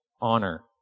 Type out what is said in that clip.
honor